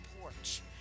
porch